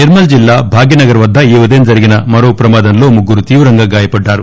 నిర్మల్ జిల్లా భాగ్యనగర్ వద్ద ఈ ఉదయం జరిగిన మరో ప్రమాదంలో ముగ్గురు తీవ్రంగా గాయపడ్డారు